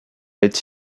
est